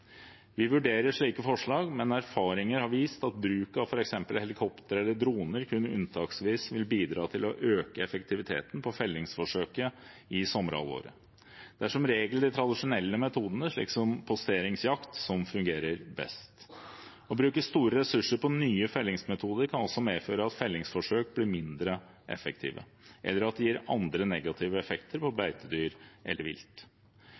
Vi vurderer slike forslag, men erfaringer har vist at bruk av f.eks. helikopter eller droner kun unntaksvis vil bidra til å øke effektiviteten på fellingsforsøket i sommerhalvåret. Det er som regel de tradisjonelle metodene, slik som posteringsjakt, som fungerer best. Å bruke store ressurser på nye fellingsmetoder kan også medføre at fellingsforsøk blir mindre effektive, eller at det gir andre negative effekter på beitedyr eller vilt.